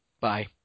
bye